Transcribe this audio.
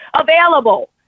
available